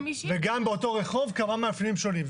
וגם באותו רחוב כמה מאפיינים שונים.